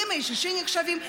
ימי שישי נחשבים,